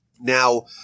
Now